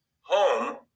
home